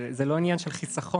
זה לא עניין של חיסכון,